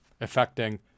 affecting